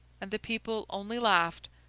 and the people only laughed,